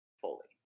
fully